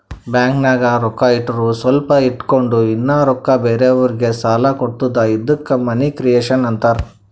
ಬ್ಯಾಂಕ್ನಾಗ್ ರೊಕ್ಕಾ ಇಟ್ಟುರ್ ಸ್ವಲ್ಪ ಇಟ್ಗೊಂಡ್ ಇನ್ನಾ ರೊಕ್ಕಾ ಬೇರೆಯವ್ರಿಗಿ ಸಾಲ ಕೊಡ್ತುದ ಇದ್ದುಕ್ ಮನಿ ಕ್ರಿಯೇಷನ್ ಆಂತಾರ್